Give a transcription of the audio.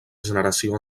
generació